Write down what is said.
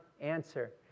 answer